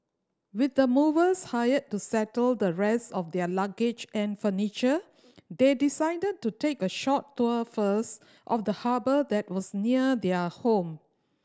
with the movers hired to settle the rest of their luggage and furniture they decided to take a short tour first of the harbour that was near their home